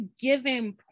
given